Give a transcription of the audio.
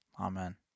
Amen